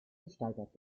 gesteigert